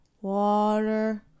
water